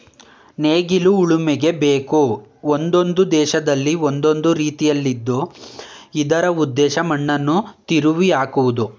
ನೇಗಿಲು ಉಳುಮೆಗೆ ಬೇಕು ಒಂದೊಂದು ದೇಶದಲ್ಲಿ ಒಂದೊಂದು ರೀತಿಲಿದ್ದರೂ ಇದರ ಉದ್ದೇಶ ಮಣ್ಣನ್ನು ತಿರುವಿಹಾಕುವುದು